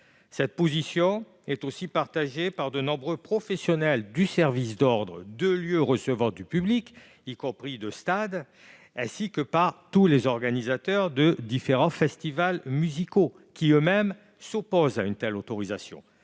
Cette position est partagée par de nombreux professionnels des services d'ordre des lieux recevant du public, y compris les stades, ainsi que par tous les organisateurs des festivals de musique, opposés à une telle autorisation.